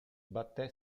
batté